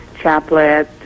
chaplet